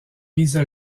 mises